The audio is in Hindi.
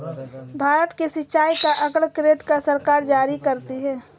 भारत में सिंचाई का आँकड़ा केन्द्र सरकार जारी करती है